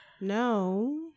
No